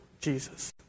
Jesus